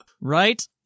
Right